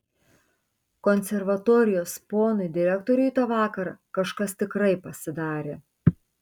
konservatorijos ponui direktoriui tą vakarą kažkas tikrai pasidarė